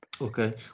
Okay